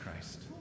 Christ